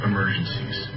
Emergencies